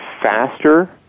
faster